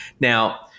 Now –